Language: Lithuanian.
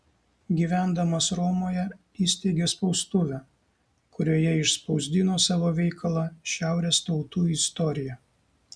gyvendamas romoje įsteigė spaustuvę kurioje išspausdino savo veikalą šiaurės tautų istorija